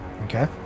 Okay